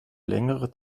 längere